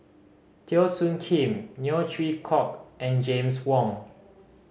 Teo Soon Kim Neo Chwee Kok and James Wong